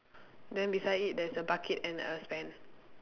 then beside it there's a bucket and a spade